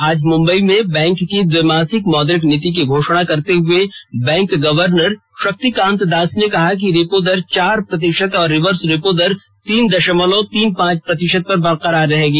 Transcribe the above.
आज मुम्बई में बैंक की द्विमासिक मौद्रिक नीति की घोषणा करते हुए bank governor Shaktikanta Das ने कहा कि रेपो दर चार प्रतिशत और रिवर्स रेपो दर तीन दशमलव तीन पांच प्रतिशत पर बरकरार रहेगी